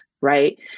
right